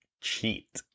cheat